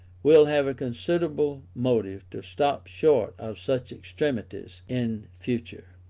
will have a considerable motive to stop short of such extremities in future.